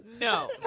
No